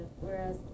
whereas